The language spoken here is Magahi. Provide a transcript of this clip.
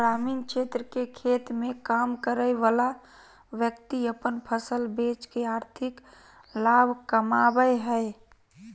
ग्रामीण क्षेत्र के खेत मे काम करय वला व्यक्ति अपन फसल बेच के आर्थिक लाभ कमाबय हय